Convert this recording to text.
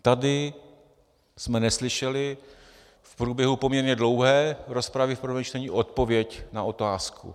Tady jsme neslyšeli v průběhu poměrně dlouhé rozpravy v prvém čtení odpověď na otázku.